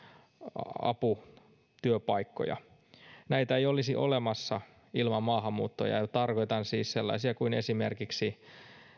aputyöpaikkoja näitä ei olisi olemassa ilman maahanmuuttajia tarkoitan siis sellaisia kuin esimerkiksi